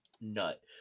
nut